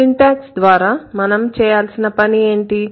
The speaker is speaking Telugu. సింటాక్స్ ద్వారా మనం చేయాల్సిన పని ఏంటి